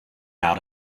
out